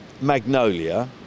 magnolia